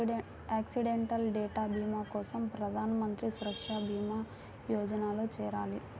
accidental death భీమా కోసం ప్రధాన్ మంత్రి సురక్షా భీమా యోజనలో చేరాలి